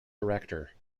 director